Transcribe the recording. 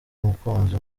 mukunzi